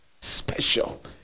special